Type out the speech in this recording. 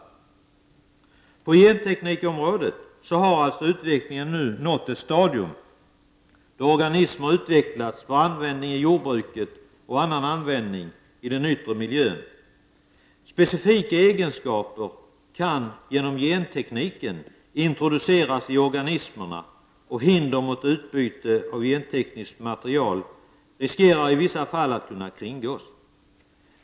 När det gäller genteknikområdet har utvecklingen nu nått det stadium då organismer utvecklas för användning i jordbruket och för annan användning i den yttre miljön. Specifika egenskaper kan genom genteknik introduceras i organismerna och hindret mot utbyte av gentekniskt material riskerar i vissa fall att kunna kringgås.